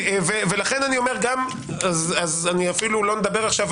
לכן אני אומר - אני אפילו לא מדבר על